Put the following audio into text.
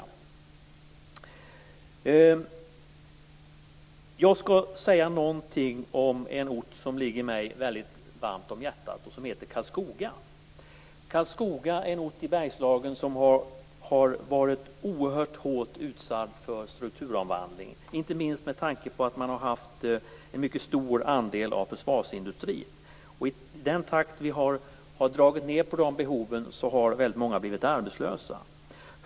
Jag skall säga något om en ort som ligger mig mycket varmt om hjärtat och som heter Karlskoga. Karlskoga är en ort i Bergslagen som har varit oerhört hårt utsatt för strukturomvandling, inte minst med tanke på att man har haft en mycket stor andel av försvarsindustrin. I den takt som vi har dragit ned på dessa behov har väldigt många blivit arbetslösa.